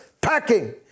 packing